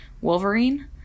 wolverine